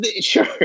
sure